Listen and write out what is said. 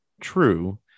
true